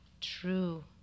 True